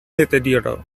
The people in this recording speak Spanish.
deterioro